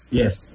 yes